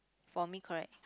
for me correct